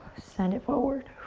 send it forward.